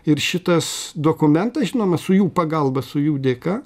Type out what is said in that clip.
ir šitas dokumentas žinoma su jų pagalba su jų dėka